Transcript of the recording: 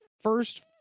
first